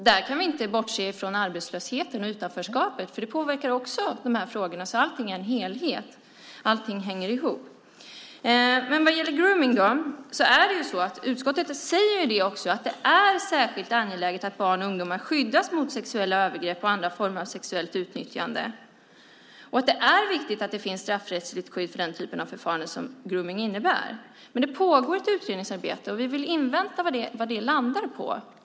Där kan vi inte bortse från arbetslösheten och utanförskapet, för de påverkar också de här frågorna. Det här är en helhet, allting hänger ihop. Vad gäller grooming säger utskottet att det är särskilt angeläget att barn och ungdomar skyddas mot sexuella övergrepp och andra former av sexuellt utnyttjande och att det är viktigt med straffrättsligt skydd mot den typen av förfarande som grooming innebär. Det pågår ett utredningsarbete, och vi vill invänta vad det landar på.